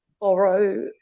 borrow